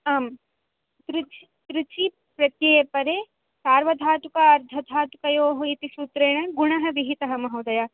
आम् तृच् तृचि प्रत्यये परे सार्वधातुक अर्धधातुकयोः इति सूत्रेण गुणः विहितः महोदय